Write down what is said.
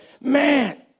man